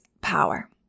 power